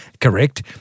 correct